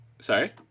Sorry